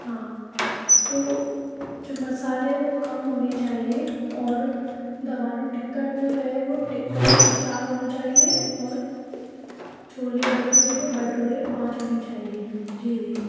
हाँ तो जो मसाले है वो कम होने चाहिए और दम आलू टिक्कर जो है वो टिक्कर चार होने चाहिए और छोले भटूरे में भटूरे पाँच होने चाहिए जी जी जी